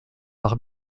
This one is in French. par